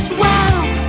wow